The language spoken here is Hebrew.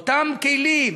אותם כלים,